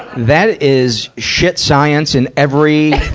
that is shit science in every,